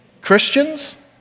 Christians